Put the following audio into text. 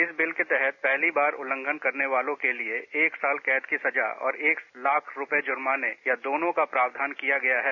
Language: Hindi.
इस बिल के तहत पहली बार उल्लंघन करने वालों के लिए एक साल कैद की सजा और एक लाख रूपये जर्माने या दोनों का प्रावधान किया गया है